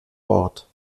wort